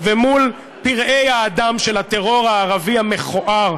ומול פראי האדם של הטרור הערבי המכוער,